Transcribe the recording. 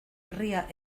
herria